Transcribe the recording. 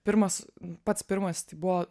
pirmas pats pirmas tai buvo